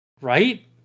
Right